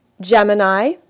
Gemini